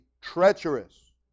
treacherous